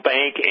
Bank